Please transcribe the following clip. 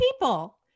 people